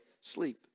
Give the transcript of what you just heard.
sleep